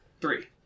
Three